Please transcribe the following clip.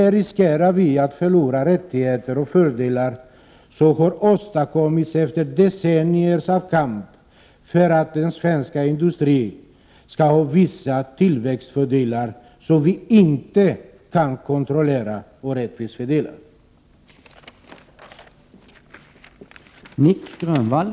Vi riskerar att förlora rättigheter och fördelar som har åstadkommits efter decennier av kamp, för att den svenska industrin skall ha vissa tillväxtfördelar som vi inte kan kontrollera eller rättvist fördela.